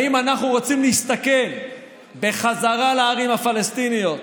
האם אנחנו רוצים להסתכן בחזרה לערים הפלסטיניות?